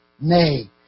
Nay